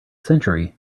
century